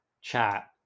chat